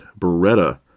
Beretta